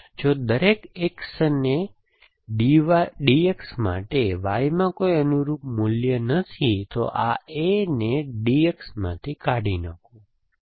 જો દરેક X અને DX માટે Y માં કોઈ અનુરૂપ મૂલ્ય નથી તો આ A ને DX માંથી કાઢી નાખો આ માટે તે રિવાઇઝ કરે છે